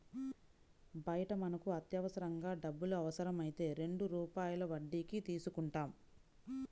బయట మనకు అత్యవసరంగా డబ్బులు అవసరమైతే రెండు రూపాయల వడ్డీకి తీసుకుంటాం